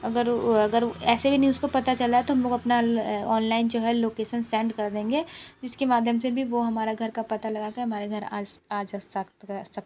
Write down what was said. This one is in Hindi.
अगर उ अगर ऐसे भी नी उसको पता चला तो हम लोग अपना ऑनलाइन जो है लोकेसन सेंड कर देंगे जिसके माध्यम से भी वो हमारा घर का पता लगा के हमारे घर आज आ जा सकता है